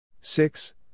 six